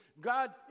God